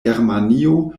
germanio